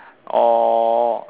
or